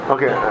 Okay